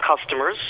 customers